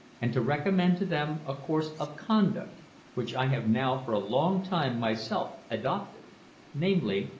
and to recommend to them a course of conduct which i have now for a long time myself adopted namely,